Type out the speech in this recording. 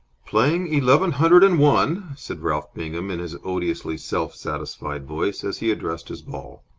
playing eleven hundred and one, said ralph bingham, in his odiously self-satisfied voice, as he addressed his ball.